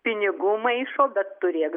pinigų maišo bet turėk